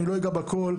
בכול.